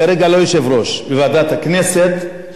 בוועדת הכנסת, שם אני אצדיע לך.